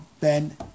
ben